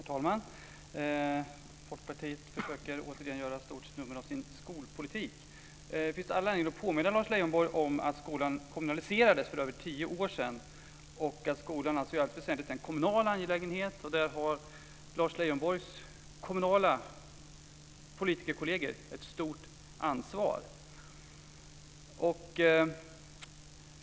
Herr talman! Folkpartiet försöker återigen göra ett stort nummer av sin skolpolitik. Det finns all anledning att påminna Lars Leijonborg om att skolan kommunaliserades för över tio år sedan. Skolan är alltså i allt väsentligt en kommunal angelägenhet. Där har Lars Leijonborgs kommunala politikerkolleger ett stort ansvar.